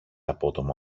απότομα